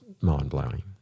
mind-blowing